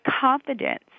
confidence